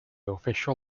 official